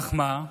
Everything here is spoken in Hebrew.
אך מה?